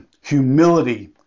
humility